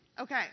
Okay